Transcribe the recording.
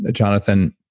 ah jonathan,